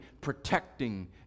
protecting